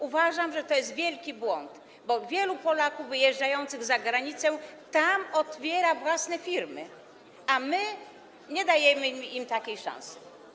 Uważam, że to jest wielki błąd, bo wielu Polaków wyjeżdżających za granicę otwiera własne firmy, a my nie dajemy im tej szansy.